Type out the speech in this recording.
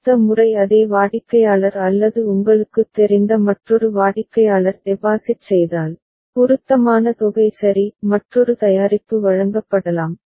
அடுத்த முறை அதே வாடிக்கையாளர் அல்லது உங்களுக்குத் தெரிந்த மற்றொரு வாடிக்கையாளர் டெபாசிட் செய்தால் பொருத்தமான தொகை சரி மற்றொரு தயாரிப்பு வழங்கப்படலாம்